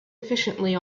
efficiently